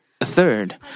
Third